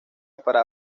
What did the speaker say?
para